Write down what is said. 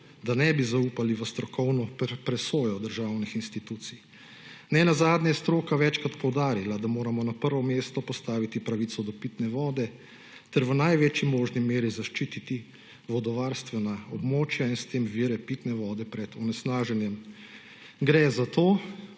da ne bi zaupali v strokovno presojo državnih institucij. Nenazadnje je stroka večkrat poudarila, da moramo na prvo mesto postaviti pravico do pitne vode ter v največji možni meri zaščititi vodovarstvena območja in s tem vire pitne vode pred onesnaženjem. Gre za to,